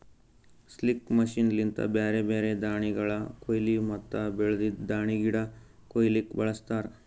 sickle machine ಲಿಂತ ಬ್ಯಾರೆ ಬ್ಯಾರೆ ದಾಣಿಗಳ ಕೋಯ್ಲಿ ಮತ್ತ ಬೆಳ್ದಿದ್ ದಾಣಿಗಿಡ ಕೊಯ್ಲುಕ್ ಬಳಸ್ತಾರ್